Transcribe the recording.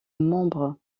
membres